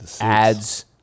ads